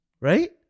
Right